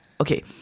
okay